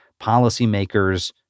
policymakers